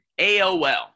AOL